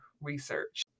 research